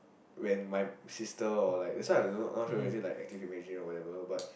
when my sister or like that's why I don't know not sure is it like active imagination or whatever but